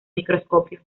microscopio